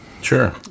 sure